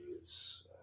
use